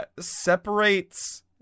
separates